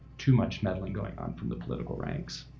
too much meddling going on from the political ranks.